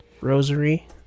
rosary